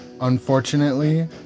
Unfortunately